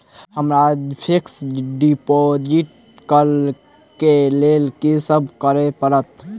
हमरा fix deposit करऽ केँ लेल की सब करऽ पड़त?